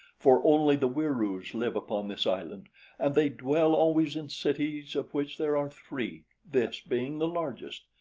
for only the wieroos live upon this island and they dwell always in cities of which there are three, this being the largest.